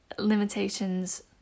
limitations